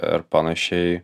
ir panašiai